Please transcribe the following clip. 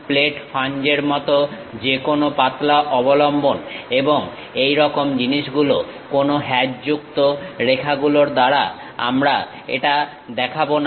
plate flange এর মতন যেকোনো পাতলা অবলম্বন এবং এই রকম জিনিস গুলো কোনো হ্যাচযুক্ত রেখাগুলোর দ্বারা আমরা এটা দেখাবো না